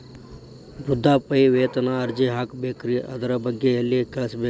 ವೃದ್ಧಾಪ್ಯವೇತನ ಅರ್ಜಿ ಹಾಕಬೇಕ್ರಿ ಅದರ ಬಗ್ಗೆ ಎಲ್ಲಿ ಕೇಳಬೇಕ್ರಿ?